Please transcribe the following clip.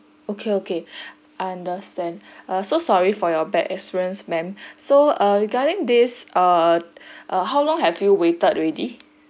okay okay understand uh so sorry for your bad experience ma'am so uh regarding this uh uh how long have you waited already